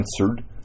answered